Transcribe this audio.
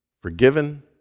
forgiven